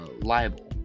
libel